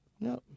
no